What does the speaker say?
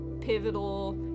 pivotal